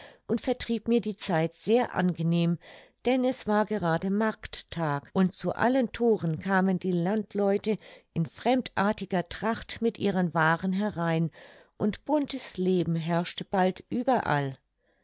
und vertrieb mir die zeit sehr angenehm denn es war gerade markttag und zu allen thoren kamen die landleute in fremdartiger tracht mit ihren waaren herein und buntes leben herrschte bald überall